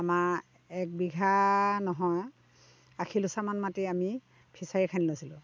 আমাৰ এক বিঘা নহয় আশী লোচামান মাটি আমি ফিছাৰী খানি লৈছিলোঁ